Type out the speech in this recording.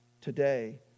today